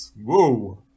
whoa